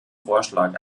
vorschlag